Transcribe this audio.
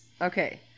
Okay